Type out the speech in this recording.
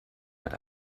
mit